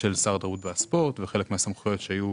של שר התרבות והספורט וחלק מהסמכויות שהיו